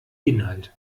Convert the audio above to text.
inhalt